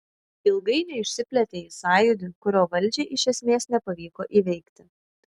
ilgainiui išsiplėtė į sąjūdį kurio valdžiai iš esmės nepavyko įveikti